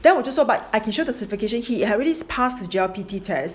then 我就说 but I can show you the certification he already pass his G_L_P_T test